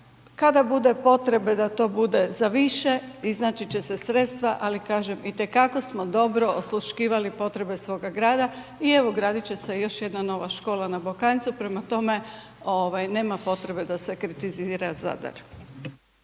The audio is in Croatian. kada bude potrebe da to bude za više iznaći će se sredstava, ali kažem i te kako smo dobro osluškivali potrebe svoga grada i evo gradit će se još jedna nova škola na Bokanjcu. Prema tome ove nema potrebe da se kritizira Zadar.